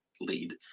lead